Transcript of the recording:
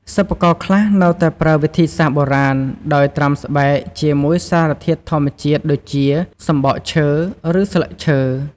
សិប្បករខ្លះនៅតែប្រើវិធីសាស្រ្តបុរាណដោយត្រាំស្បែកជាមួយសារធាតុធម្មជាតិដូចជា សំបកឈើ ឬស្លឹកឈើ។